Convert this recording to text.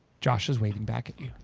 josh is waving back at you.